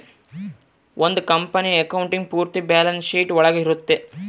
ಒಂದ್ company accounting ಪೂರ್ತಿ balance sheet ಒಳಗ ಇರುತ್ತೆ